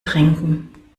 trinken